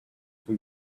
for